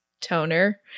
Toner